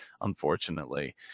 unfortunately